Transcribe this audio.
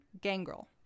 gangrel